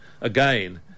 again